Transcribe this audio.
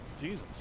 Jesus